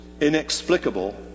inexplicable